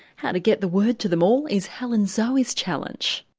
how to get the word to them all is helen sowey's challenge.